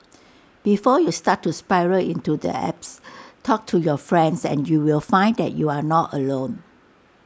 before you start to spiral into the abyss talk to your friends and you'll find that you are not alone